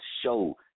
show